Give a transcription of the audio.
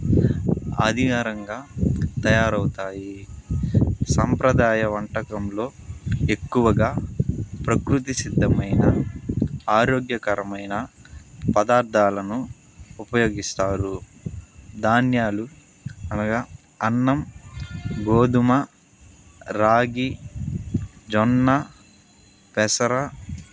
అనివ్యారంగా తయారవుతాయి సంప్రదాయ వంటకంలో ఎక్కువగా ప్రకృతి సిద్దమైన ఆరోగ్యకరమైన పదార్ధాలను ఉపయోగిస్తారు ధాన్యాలు అనగా అన్నం గోధుమ రాగి జొన్నపెసర